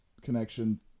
connection